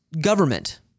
government